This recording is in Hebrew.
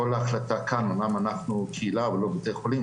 מודל שאומר שמגיעים ב-12:00,